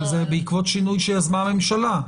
בעקבות שינוי שיזמה הממשלה.